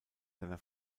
seiner